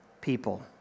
people